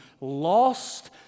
lost